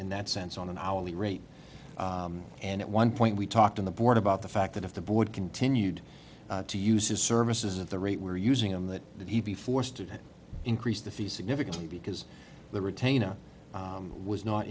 in that sense on an hourly rate and at one point we talked on the board about the fact that if the board continued to use his services at the rate we're using him that he'd be forced to increase the fees significant because the retainer was not